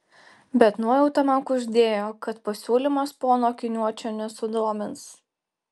bet nuojauta man kuždėjo kad pasiūlymas pono akiniuočio nesudomins